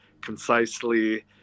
concisely